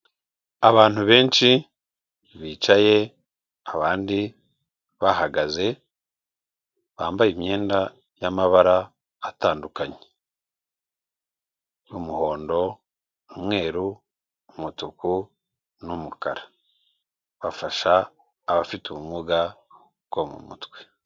Abantu benshi bicaye, abandi bahagaze bambaye imyenda y'amabara atandukanye, nk’umuhondo, umweru, umutuku, n’ umukara bafasha abafite ubumuga bwo mu mutwe.